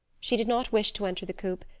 she did not wish to enter the coupe,